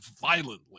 violently